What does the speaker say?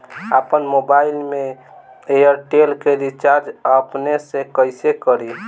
आपन मोबाइल में एयरटेल के रिचार्ज अपने से कइसे करि?